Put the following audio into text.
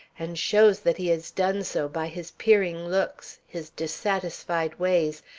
and shows that he has done so by his peering looks, his dissatisfied ways,